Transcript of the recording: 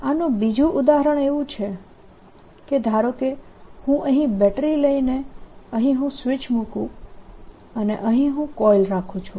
આનું બીજું ઉદાહરણ એવું છે કે ધારો કે હું અહીં બેટરી લઇને અહીં હું સ્વીચ મૂકું અને અહીં હું કોઇલ રાખું છું